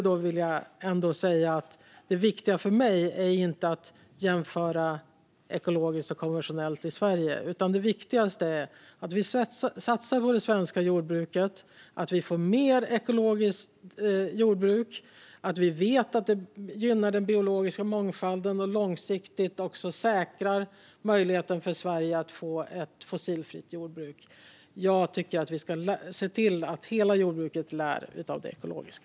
Det viktiga för mig är inte att jämföra ekologiskt och konventionellt i Sverige, utan det viktigaste är att vi satsar på det svenska jordbruket, att vi får mer ekologiskt jordbruk, att vi vet att det gynnar den biologiska mångfalden och att vi långsiktigt säkrar möjligheten för Sverige att få ett fossilfritt jordbruk. Jag tycker att vi ska se till att hela jordbruket lär av det ekologiska.